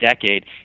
decade